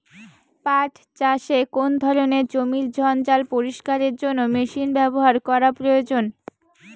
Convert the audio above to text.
পাট চাষে কোন ধরনের জমির জঞ্জাল পরিষ্কারের জন্য মেশিন ব্যবহার করা প্রয়োজন?